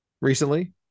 recently